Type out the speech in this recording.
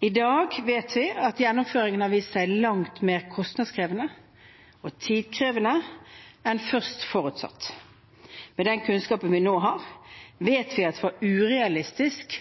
I dag vet vi at gjennomføringen har vist seg langt mer kostnadskrevende og tidkrevende enn først forutsatt. Med den kunnskapen vi nå har, vet